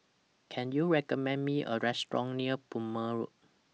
Can YOU recommend Me A Restaurant near Plumer Road